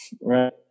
right